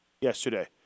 yesterday